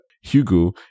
Hugo